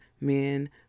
men